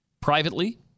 privately